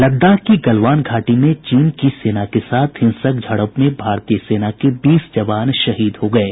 लद्दाख की गलवान घाटी में चीन की सेना के साथ हिंसक झड़प में भारतीय सेना के बीस जवान शहीद हो गये